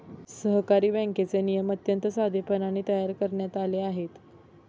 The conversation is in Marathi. सहकारी बँकेचे नियम अत्यंत साधेपणाने तयार करण्यात आले आहेत